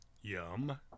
Yum